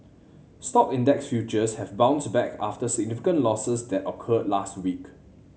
stock index futures have bounced back after significant losses that occurred last week